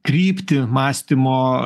kryptį mąstymo